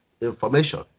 information